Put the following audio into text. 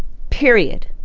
period.